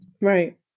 Right